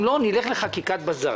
אם לא, נלך לחקיקת בזק.